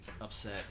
upset